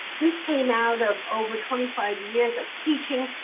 this came out of over twenty five years of teaching.